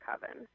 coven